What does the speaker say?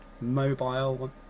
mobile